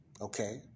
Okay